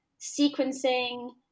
sequencing